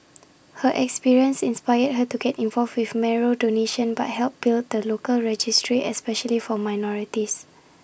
her experience inspired her to get involved with marrow donation by help build the local registry especially for minorities